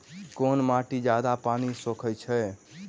केँ माटि जियादा पानि सोखय छै?